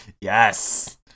Yes